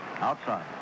outside